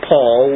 Paul